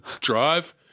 drive